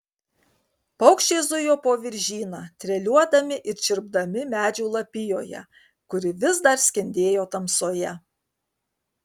paukščiai zujo po viržyną treliuodami ir čirpdami medžių lapijoje kuri vis dar skendėjo tamsoje